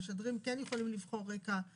המשדרים כן יכולים לבחור רקע,